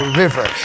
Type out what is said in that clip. river